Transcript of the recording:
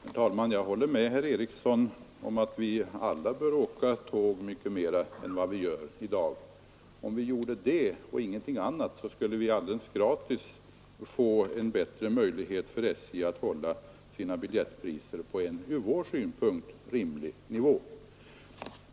Herr talman! Jag håller med herr Eriksson om att vi alla borde åka tåg mycket mera än vad vi gör i dag. Om vi gjorde det skulle vi alldeles gratis få en bättre möjlighet för SJ att hålla biljettpriserna på en ur den resandes synpunkt rimlig nivå.